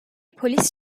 polis